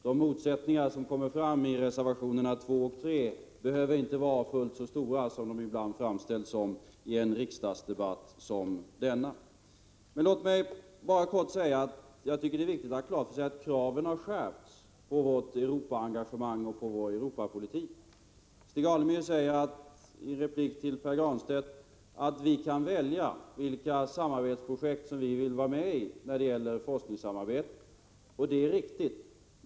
De motsättningar som kommer fram i reservationerna 2 och 3 behöver inte vara fullt så stora som de ibland framställs i en riksdagsdebatt som denna. Men jag tycker det är viktigt att ha klart för sig att kraven har skärpts på vårt Europaengagemang och vår Europapolitik. Stig Alemyr sade i sin replik till Pär Granstedt att vi kan välja vilka projekt inom forskningssamarbetet som vi vill vara med i. Det är riktigt.